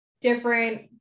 different